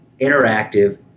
interactive